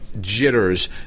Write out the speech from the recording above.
jitters